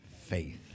faith